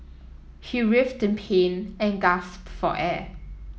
he writhed in pain and gasped for air